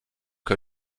que